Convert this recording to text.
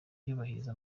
yubahiriza